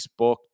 Facebook